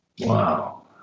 wow